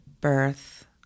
birth